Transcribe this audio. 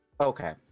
Okay